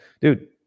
dude